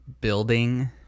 building